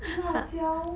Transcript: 辣椒